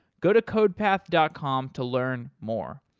go to codepath dot com to learn more.